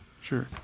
Sure